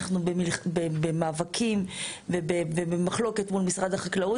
אנחנו במאבקים ובמחלוקת מול משרד החקלאות